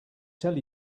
tell